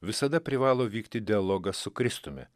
visada privalo vykti dialogas su kristumi